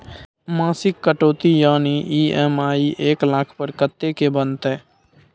मासिक कटौती यानी ई.एम.आई एक लाख पर कत्ते के बनते?